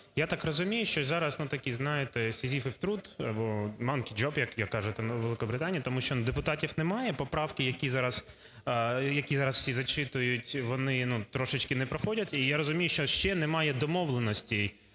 Я так розумію, що зараз, ну такий, знаєте, сізіфів труд, або monkey job, як кажуть у Великобританії, тому що депутатів немає, поправки, які зараз всі зачитують, вони трішечки не проходять. І я розумію, що ще немає домовленостей